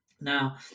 Now